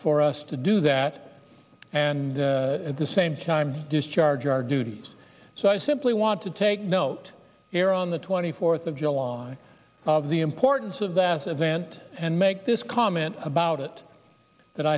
for us to do that and at the same time discharge our duties so i simply want to take note here on the twenty fourth of july of the importance of that event and make this comment about it that